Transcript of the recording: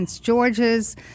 George's